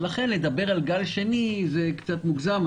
לכן לדבר על גל שני זה קצת מוגזם.